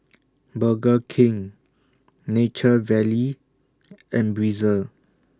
Burger King Nature Valley and Breezer